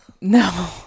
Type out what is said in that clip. No